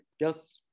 yes